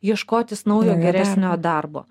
ieškotis naujo geresnio darbo